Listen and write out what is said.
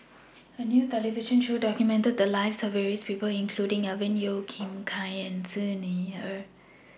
A New television Show documented The Lives of various People including Alvin Yeo Khirn Hai and Xi Ni Er